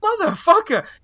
motherfucker